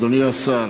אדוני השר,